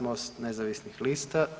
MOST nezavisnih lista.